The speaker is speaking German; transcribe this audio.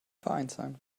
vereinsheim